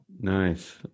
Nice